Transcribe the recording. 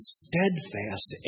steadfast